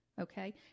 Okay